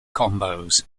combos